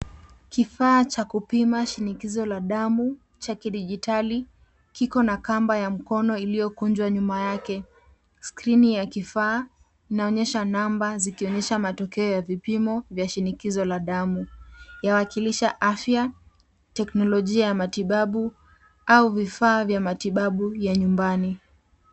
Kifaa cha kupima shinikizo la damu, cha kidijitali, kiko na kamba ya mkono, iliyokunjwa nyuma yake. Skrini ya kifaa inaonyesha namba zikionyesha matokeo ya vipimo vya shinikizo la damu. Ya wakilisha afya, teknolojia ya matibabu au vifaa vya matibabu vya nyumbani.